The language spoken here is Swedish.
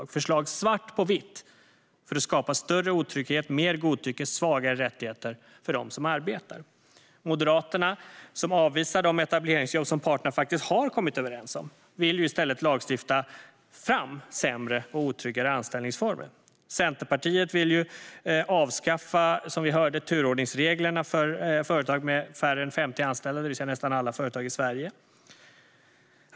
Det är förslag där man, svart på vitt, försöker skapa större otrygghet, mer godtycke och svagare rättigheter för dem som arbetar. Moderaterna, som avvisar de etableringsjobb som parterna har kommit överens om, vill i stället lagstifta fram sämre och otryggare anställningsformer. Centerpartiet vill, som vi hörde, avskaffa turordningsreglerna för företag med färre än 50 anställda, det vill säga nästan alla företag i Sverige.